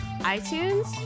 iTunes